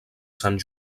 sant